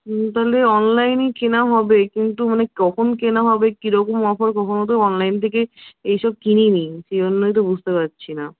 হ্যাঁ তাহলে অনলাইন কেনা হবে কিন্তু মানে কখন কেনা হবে কি রকম অফার কখনো তো অনলাইন থাকে এসব কিনিনি সে জন্যই তো বুঝতে পারছি না